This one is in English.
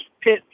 pit